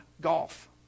golf